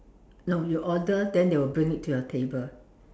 no you order then they will bring it to your table